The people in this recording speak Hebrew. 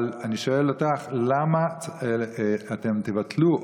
אבל אני שואל אותך: למה אתם תבטלו,